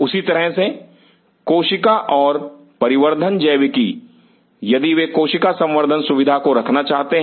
उसी तरह से कोशिका और परिवर्धन जैविकी यदि वे कोशिका संवर्धन सुविधा को रखना चाहते हैं